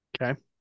Okay